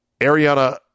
Ariana